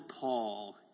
Paul